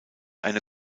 eine